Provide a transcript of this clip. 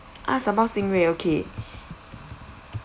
ah sambal stingray okay